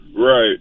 Right